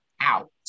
out